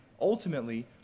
ultimately